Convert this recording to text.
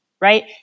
right